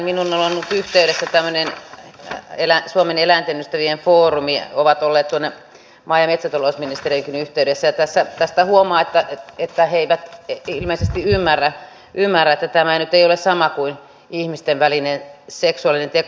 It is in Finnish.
minuun on ollut yhteydessä tämmöinen suomen eläintenystävien foorumi ovat olleet tuonne maa ja metsätalousministeriöönkin yhteydessä ja tästä huomaa että he eivät ilmeisesti ymmärrä että tämä nyt ei ole sama kuin ihmisten välinen seksuaalinen teko